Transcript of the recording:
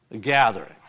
gathering